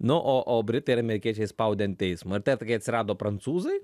na o o britai ir amerikiečiai spaudė ant teismo ir kai atsirado prancūzai